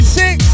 six